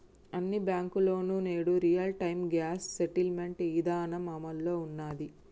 అన్ని బ్యేంకుల్లోనూ నేడు రియల్ టైం గ్రాస్ సెటిల్మెంట్ ఇదానం అమల్లో ఉన్నాది